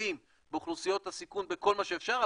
מתמקדים באוכלוסיות הסיכון בכל מה שאפשר,